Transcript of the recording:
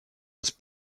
was